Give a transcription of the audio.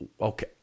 Okay